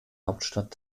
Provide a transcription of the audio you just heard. hauptstadt